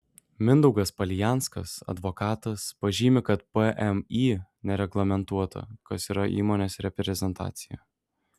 mindaugas palijanskas advokatas pažymi kad pmį nereglamentuota kas yra įmonės reprezentacija